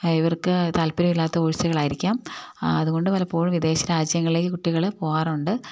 ഇവർക്ക് താല്പര്യമില്ലാത്ത കോഴ്സുകളായിരിക്കാം അതുകൊണ്ട് പലപ്പോഴും വിദേശ രാജ്യങ്ങളിലേക്ക് കുട്ടികള് പോകാറുണ്ട്